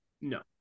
No